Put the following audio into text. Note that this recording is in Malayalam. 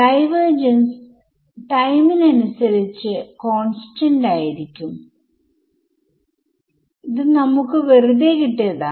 ഡൈവർജൻസ് ടൈമിനനുസരിച്ചു കോൺസ്റ്റന്റ് ആയിരിക്കും ഇത് നമുക്ക് വെറുതെ കിട്ടിയതാണ്